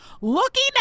Looking